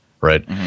right